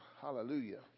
Hallelujah